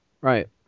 Right